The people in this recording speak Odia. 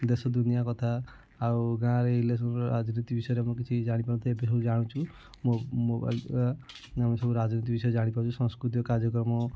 ଦେଶ ଦୁନିଆଁ କଥା ଆଉ ଗାଁରେ ଇଲେକ୍ସନ୍ ରାଜନୀତି ବିଷୟରେ ମୁଁ କିଛି ଜାଣି ପାରୁନଥି ଏବେ ସବୁ ଜାଣୁଛୁ ମୋ ମୋବାଇଲ୍ ଦ୍ୱାରା ଆମେ ସବୁ ରାଜନୀତି ବିଷୟରେ ଜାଣିପାରୁଛୁ ସାଂସ୍କୃତିକ କାର୍ଯ୍ୟକ୍ରମ